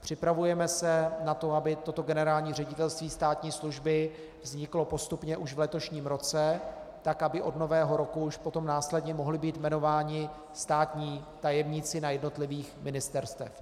Připravujeme se na to, aby toto generální ředitelství státní služby vzniklo postupně už v letošním roce, aby od Nového roku už potom následně mohli být jmenováni státní tajemníci na jednotlivých ministerstvech.